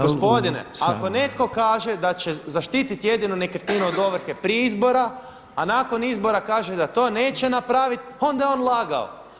Gospodine, ako netko kaže da će zaštiti jedinu nekretninu od ovrhe prije izbora a nakon izbora kaže da to neće napraviti onda je on lagao.